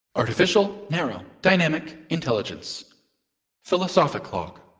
artificial narrow dynamic intelligence philosophic log.